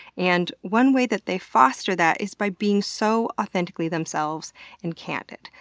and one way that they foster that is by being so authentically themselves and candid,